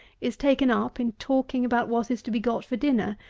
is taken up in talking about what is to be got for dinner,